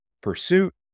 pursuit